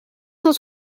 cent